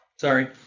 Sorry